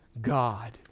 God